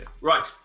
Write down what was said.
Right